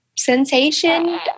sensation